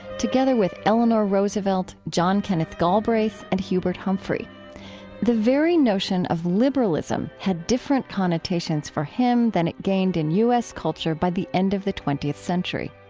together with eleanor roosevelt, john kenneth galbraith, and hubert humphrey the very notion of liberalism had different connotations for him than it gained in u s. culture by the end of the twentieth century